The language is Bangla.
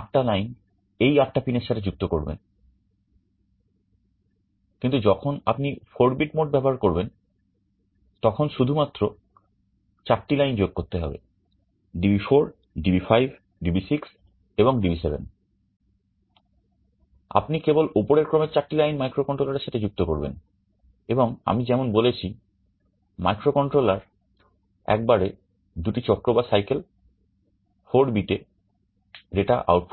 8 টা লাইন এই 8টা পিনের সাথে যুক্ত করবেন কিন্তু যখন আপনি 4 বিট মোড ব্যবহার করবেন তখন শুধু মাত্র চারটি লাইন যোগ করতে হবে DB4 DB5 DB6 এবং DB7 আপনি কেবল উপরের ক্রমের চারটি লাইন মাইক্রোকন্ট্রোলার এর সাথে যুক্ত করবেন এবং আমি যেমন বলেছি মাইক্রোকন্ট্রোলার একবারে 2 টি চক্র দেয়